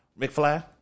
McFly